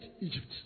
Egypt